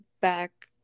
back